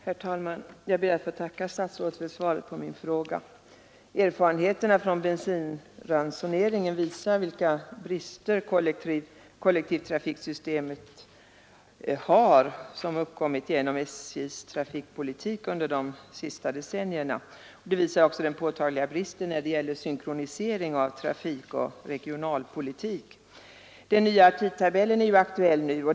Herr talman! Jag ber att få tacka statsrådet för svaret på min fråga. Erfarenheterna från bensinransoneringen visar vilka brister i kollektivtrafiksystemet som uppkommit genom SJ:s trafikpolitik under de senaste decennierna. De visar också den påtagliga bristen när det gäller synkronisering av trafikoch regionalpolitik. Den nya tidtabellen är aktuell nu.